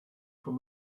from